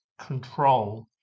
control